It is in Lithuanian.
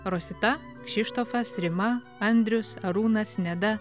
rosita kšištofas rima andrius arūnas neda